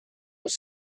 was